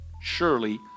Surely